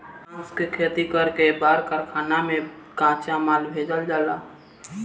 बांस के खेती कर के बड़ कारखाना में कच्चा माल भेजल जाला